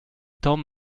temps